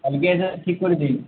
কালকে এসে ঠিক করে দিন